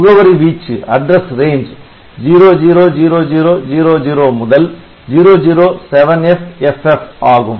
முகவரி வீச்சு 000000 முதல் 007FFF ஆகும்